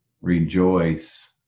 rejoice